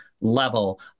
level